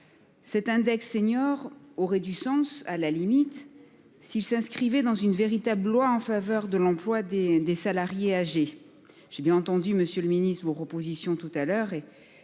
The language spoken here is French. Cet index seniors aurait du sens à la limite s'ils s'inscrivaient dans une véritable Blois en faveur de l'emploi des des salariés âgés. J'ai bien entendu Monsieur le Ministre, vous opposition tout à l'heure